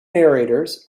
narrators